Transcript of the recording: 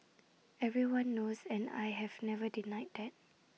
everyone knows and I have never denied that